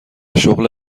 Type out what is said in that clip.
شغل